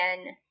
again